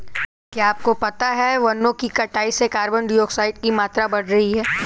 क्या आपको पता है वनो की कटाई से कार्बन डाइऑक्साइड की मात्रा बढ़ रही हैं?